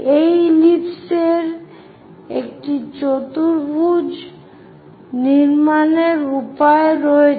এই ইলিপস এর একটি চতুর্ভুজ নির্মাণের উপায় রয়েছে